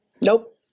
Nope